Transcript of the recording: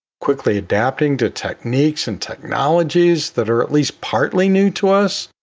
quickly adapting to techniques and technologies that are at least partly new to us.